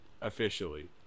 officially